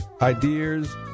ideas